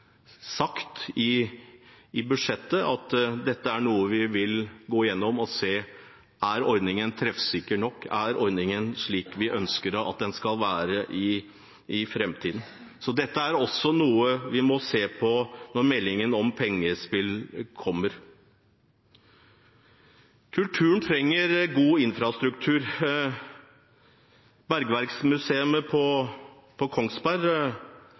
sagt i budsjettet at dette er noe vi vil gå igjennom for å se om ordningen er treffsikker nok, om ordningen er slik vi ønsker at den skal være i framtiden. Dette er også noe vi må se på når meldingen om pengespill kommer. Kulturen trenger god infrastruktur. Bergverksmuseet på Kongsberg